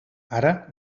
ara